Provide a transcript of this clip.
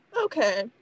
okay